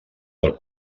del